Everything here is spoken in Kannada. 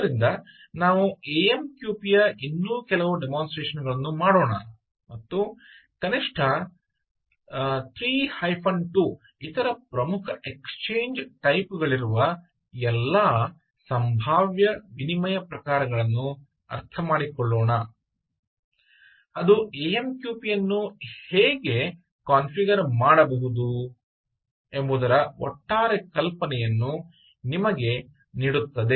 ಆದ್ದರಿಂದ ನಾವು ಎ ಎಂ ಕ್ಯೂ ಪಿ ಯ ಇನ್ನೂ ಕೆಲವು ಡೆಮೊಸ್ಟ್ರೇಷನ್ ಗಳನ್ನು ಮಾಡೋಣ ಮತ್ತು ಕನಿಷ್ಠ 3 2 ಇತರ ಪ್ರಮುಖ ಎಕ್ಸ್ಚೇಂಜ್ ಟೈಪ್ ಗಳಿರುವ ಎಲ್ಲಾ ಸಂಭಾವ್ಯ ವಿನಿಮಯ ಪ್ರಕಾರಗಳನ್ನು ಅರ್ಥಮಾಡಿಕೊಳ್ಳೋಣ ಅದು AMQP ಅನ್ನು ಹೇಗೆ ಕಾನ್ಫಿಗರ್ ಮಾಡಬಹುದು ಎಂಬುದರ ಒಟ್ಟಾರೆ ಕಲ್ಪನೆಯನ್ನು ನಿಮಗೆ ನೀಡುತ್ತದೆ